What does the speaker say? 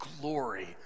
glory